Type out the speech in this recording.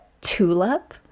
tulip